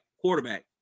quarterback